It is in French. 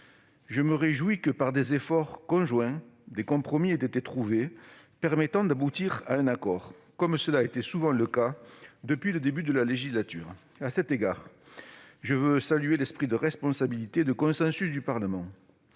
Je me réjouis que, grâce à des efforts conjoints, des compromis aient été trouvés permettant d'aboutir à un accord, comme cela a souvent été le cas depuis le début de la législature. À cet égard, je salue l'esprit de responsabilité et de consensus du Parlement.